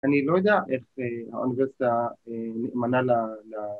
‫אני לא יודע איך האוניברסיטה ‫נאמנה ל...